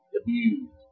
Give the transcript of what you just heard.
abused